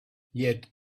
yet